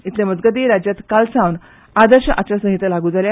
इतले मजगती राज्यात आयजसावन आदर्श आचार संहिता लागू जाल्या